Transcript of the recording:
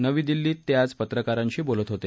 नवी दिल्लीत ते आज पत्रकारांशी बोलत होते